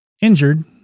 injured